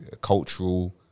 cultural